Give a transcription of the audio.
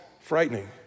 frightening